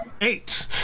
Eight